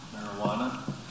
Marijuana